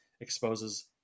exposes